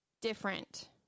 different